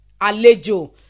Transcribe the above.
alejo